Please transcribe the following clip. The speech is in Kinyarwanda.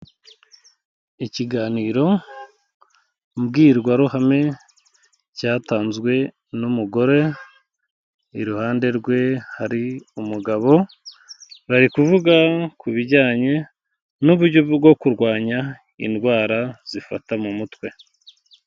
Ikiganiro mbwirwaruhame cyatanzwe n'umugore, iruhande rwe hari umugabo, bari kuvuga ku bijyanye n'uburyo bwo kurwanya indwara zifata mu mutwe.